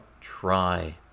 try